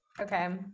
Okay